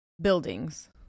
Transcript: buildings